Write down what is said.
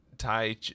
Thai